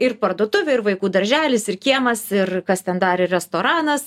ir parduotuvė ir vaikų darželis ir kiemas ir kas ten dar ir restoranas